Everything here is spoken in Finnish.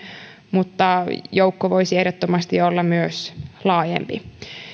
mutta joukko voisi ehdottomasti olla myös laajempi